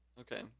Okay